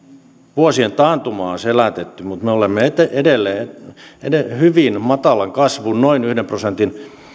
vuosien taantuma on selätetty mutta me olemme edelleen edelleen hyvin matalan kasvun noin yhden prosentin